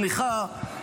סליחה,